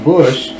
Bush